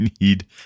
need